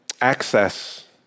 Access